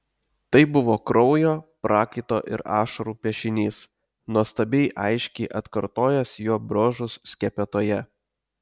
tai buvo kraujo prakaito ir ašarų piešinys nuostabiai aiškiai atkartojęs jo bruožus skepetoje